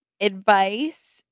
advice